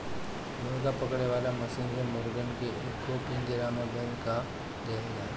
मुर्गा पकड़े वाला मशीन से मुर्गन के एगो पिंजड़ा में बंद कअ देवल जाला